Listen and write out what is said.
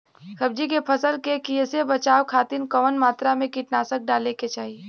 सब्जी के फसल के कियेसे बचाव खातिन कवन मात्रा में कीटनाशक डाले के चाही?